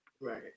Right